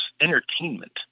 entertainment